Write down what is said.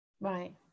Right